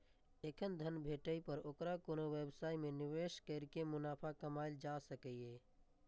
एखन धन भेटै पर ओकरा कोनो व्यवसाय मे निवेश कैर के मुनाफा कमाएल जा सकैए